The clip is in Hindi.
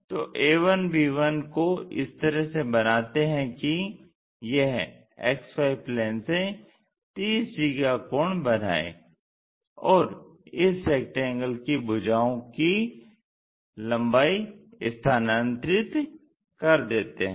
तो a1b1 को इस तरह से बनाते है कि यह XY प्लेन से 30 डिग्री का कोण बनाये और इस रेक्टेंगल कि भुजाओं की लम्बाई स्थानांतरित कर देते हैं